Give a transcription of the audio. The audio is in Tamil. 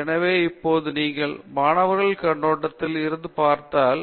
எனவே இப்போது நீங்கள் மாணவர் கண்ணோட்டத்தில் இருந்து பார்த்தால்